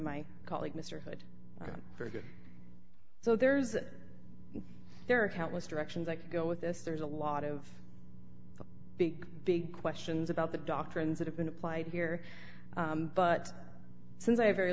my colleague mr hood for good so there's a there are countless directions i could go with this there's a lot of the big big questions about the doctrines that have been applied here but since i have very